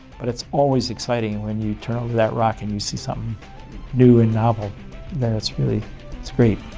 but it's always exciting when you turn over that rock, and you see something new and novel there. it's really it's great.